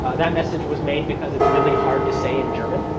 that message was made because it's really hard to say in german.